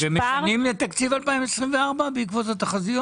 --- ומתקנים את תקציב 2024 בעקבות התחזיות?